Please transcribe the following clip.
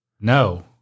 no